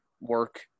work